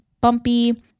bumpy